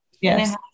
yes